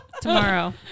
Tomorrow